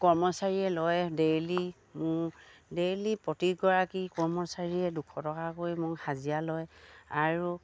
কৰ্মচাৰীয়ে লয় ডেইলী মোৰ ডেইলী প্ৰতিগৰাকী কৰ্মচাৰীয়ে দুশ টকাকৈ মোক হাজিৰা লয় আৰু